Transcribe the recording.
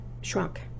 shrunk